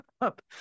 up